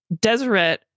Deseret